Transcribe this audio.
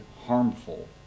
harmful